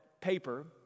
paper